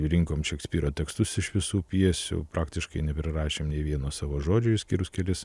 rinkom šekspyro tekstus iš visų pjesių praktiškai nebėraneįrašėm nei vieno iš savo žodžių išskyrus kelis